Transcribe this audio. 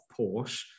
Porsche